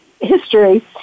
history